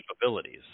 capabilities